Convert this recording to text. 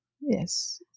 yes